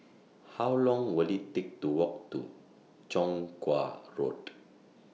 How Long Will IT Take to Walk to Chong Kuo Road